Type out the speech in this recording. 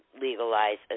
legalize